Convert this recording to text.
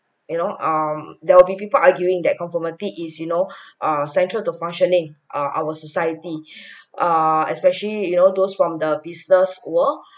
you know um there will be people arguing that conformity is you know err central the functioning err our society err especially you know those from the business world